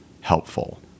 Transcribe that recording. helpful